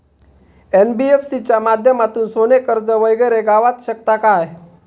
NBFC च्या माध्यमातून सोने कर्ज वगैरे गावात शकता काय?